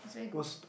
it's very good